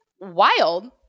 wild